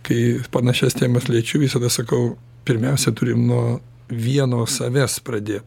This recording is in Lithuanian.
kai panašias temas liečiu visada sakau pirmiausia turim nuo vieno savęs pradėt